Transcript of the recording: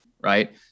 right